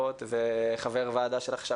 וחבר ועדה של הכשרת מורים.